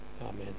Amen